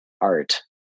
art